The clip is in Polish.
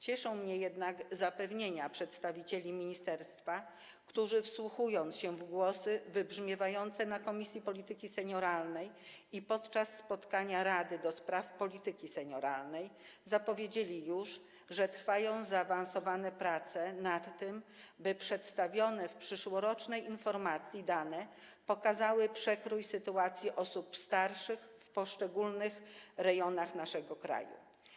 Cieszą mnie jednak zapewnienia przedstawicieli ministerstwa, którzy wsłuchując się w głosy wybrzmiewające na posiedzeniu Komisji Polityki Senioralnej i podczas spotkania Rady ds. Polityki Senioralnej zapowiedzieli już, że trwają zaawansowane prace nad tym, by przedstawione w przyszłorocznej informacji dane pokazały przekrój sytuacji osób starszych w poszczególnych rejonach naszego kraju.